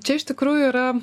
čia iš tikrųjų yra